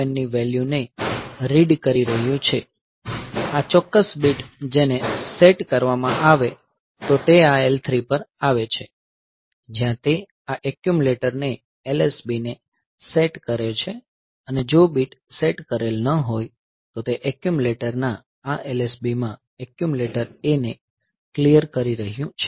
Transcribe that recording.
7 ની વેલ્યુ ને રીડ કરી રહ્યું છે આ ચોક્કસ બીટ જેને સેટ કરવામાં આવે તો તે આ L3 પર આવે છે જ્યાં તે આ એક્યુમલેટર ને LSB ને સેટ કરે છે અને જો બીટ સેટ કરેલ ન હોય તો તે એક્યુમલેટરના આ LSB માં એક્યુમલેટર a ને ક્લીયર કરી રહ્યું છે